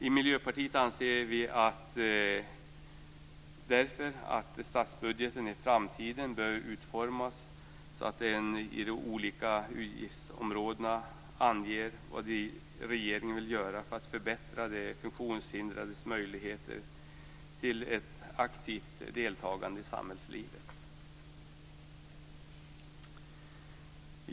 I Miljöpartiet anser vi därför att statsbudgeten i framtiden bör utformas så att det för de olika utgiftsområdena anges vad regeringen vill göra för att förbättra de funktionshindrades möjligheter till ett aktivt deltagande i samhällslivet.